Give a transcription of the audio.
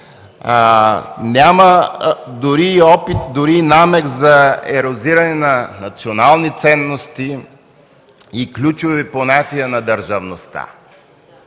Няма дори и опит, намек за ерозиране на национални ценности и ключови понятия на държавността.